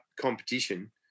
competition